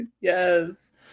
yes